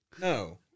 No